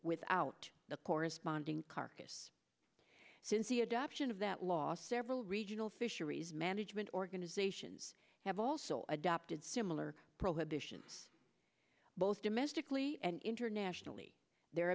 without the corresponding carcass since the adoption of that last several regional fisheries management organizations have also adopted similar prohibitions both domestically and internationally there